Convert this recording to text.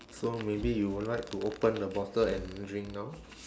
so maybe you will like to open the bottle and drink now